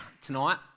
tonight